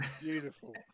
Beautiful